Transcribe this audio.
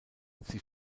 sie